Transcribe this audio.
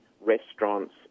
restaurants